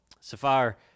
Sapphire